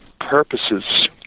purposes